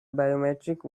biometric